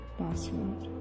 password